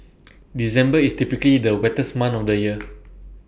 December is typically the wettest month of the year